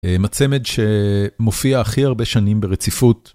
הצמד שמופיע הכי הרבה שנים ברציפות.